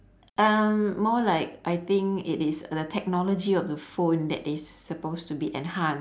um more like I think it is the technology of the phone that is supposed to be enhanced